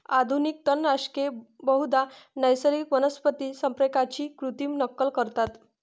आधुनिक तणनाशके बहुधा नैसर्गिक वनस्पती संप्रेरकांची कृत्रिम नक्कल करतात